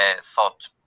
thought